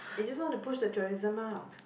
is just want to push the tourism up